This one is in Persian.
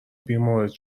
بیمورد